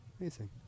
Amazing